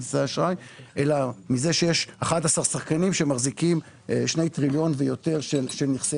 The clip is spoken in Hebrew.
אלא מזה שיש 11 שחקנים שמחזיקים שני טריליון ויותר של נכסי